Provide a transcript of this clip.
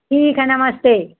ठीक है नमस्ते